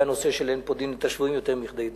הנושא של אין פודין את השבויים יותר מכדי דמיהם.